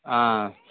ஆ